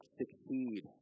succeed